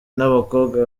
n’abakobwa